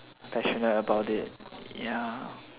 passionate about it ya